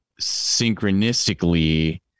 synchronistically